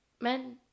men